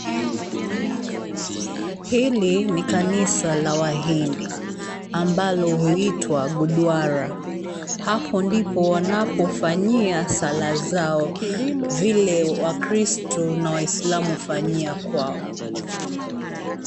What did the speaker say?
Hili ni kanisa la wahindi ambalo huitwa gudwara. Hapo ndipo wanapo fanyia sala zao. Vile Wakristo na Waislamu hufanyia kwao.